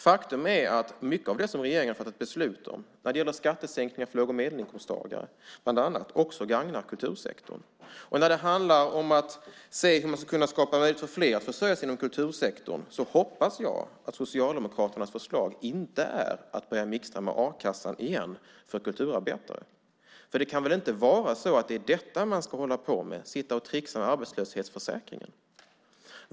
Faktum är att mycket av det som regeringen fattat beslut om vad gäller skattesänkningar för låg och medelinkomsttagare bland annat också gagnar kultursektorn. Det handlar om att se hur man ska kunna skapa möjligheter för fler att försörja sig inom kultursektorn. Jag hoppas att Socialdemokraternas förslag inte är att börja mixtra med a-kassan igenom för kulturarbetare. Det kan väl inte vara så att det är vad man ska sitta och hålla på med, att tricksa med arbetslöshetsförsäkringen?